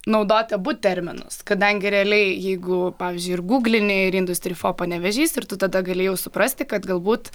naudoti abu terminus kadangi realiai jeigu pavyzdžiui ir guglini ir industri fo panevėžys ir tu tada gali jau suprasti kad galbūt